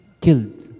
killed